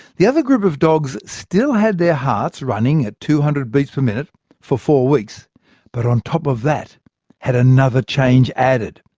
the other group of dogs still had their hearts running at two hundred beats per minute for four weeks but on top of that had another change added.